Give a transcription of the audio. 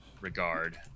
regard